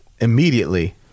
Immediately